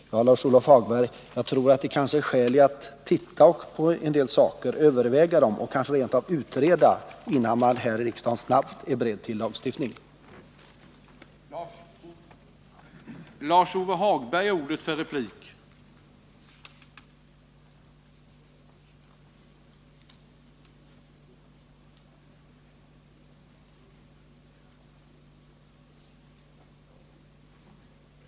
Jag 121 tror, Lars-Ove Hagberg, att det kan vara skäl i att överväga en del saker och kanske rent av utreda dem innan man här i riksdagen snabbt är beredd till yrkanden om ingrepp i lagstiftningen.